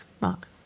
Mark